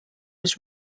was